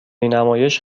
نمایش